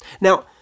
Now